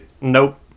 Nope